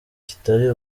kitari